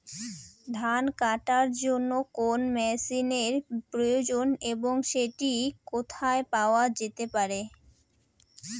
ধান কাটার জন্য কোন মেশিনের প্রয়োজন এবং সেটি কোথায় পাওয়া যেতে পারে?